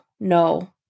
no